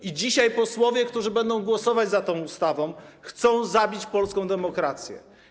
I dzisiaj posłowie, którzy będą głosować za tą ustawą, chcą zabić polską demokrację.